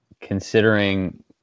considering